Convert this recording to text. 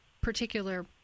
particular